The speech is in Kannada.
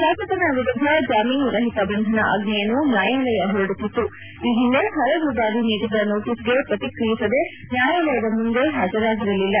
ಶಾಸಕನ ವಿರುದ್ದ ಜಾಮೀನುರಹಿತ ಬಂಧನ ಆಜ್ಞೆಯನ್ನು ನ್ಯಾಯಾಲಯ ಹೊರಡಿಸಿತ್ತು ಈ ಹಿಂದೆ ಹಲವು ಬಾರಿ ನೀಡಿದ ನೋಟಿಸ್ಗೆ ಪ್ರತಿಕ್ರಿಯಿಸದೆ ನ್ಯಾಯಾಲಯದ ಮುಂದೆ ಹಾಜರಾಗಿರಲಿಲ್ಲ